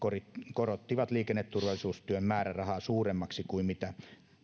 korottivat liikenneturvallisuustyön määrärahaa suuremmaksi kuin mitä